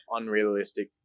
unrealistic